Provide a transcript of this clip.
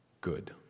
Good